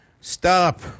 stop